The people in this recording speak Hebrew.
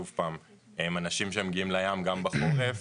הם אנשים שמגיעים לים גם בחורף,